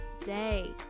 day